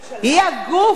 היא הגוף,